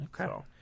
Okay